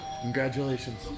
congratulations